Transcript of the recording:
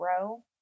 row